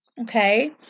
Okay